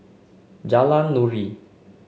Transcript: Jalan Nuri